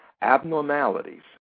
abnormalities